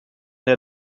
der